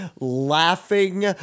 laughing